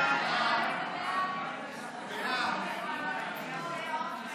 ההצעה להעביר את הצעת חוק